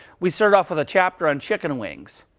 we started off with a chapter on chicken wings.